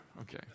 Okay